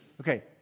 Okay